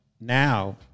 now